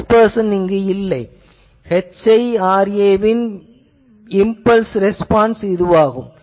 இதில் டிஸ்பெர்சன் இல்லை இது HIRA வின் இம்பல்ஸ் ரெஸ்பான்ஸ் ஆகும்